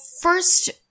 first